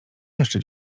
jeszcze